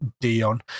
Dion